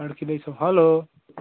अड्किँदैछ hello